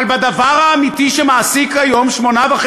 אבל בדבר האמיתי שמעסיק היום 8.5